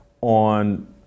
on